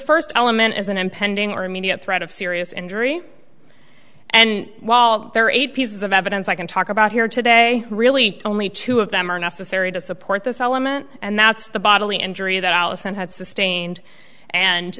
first element is an impending or immediate threat of serious injury and while there are eight pieces of evidence i can talk about here today really only two of them are necessary to support this element and that's the bodily injury that allison had sustained and